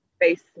face